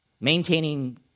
maintaining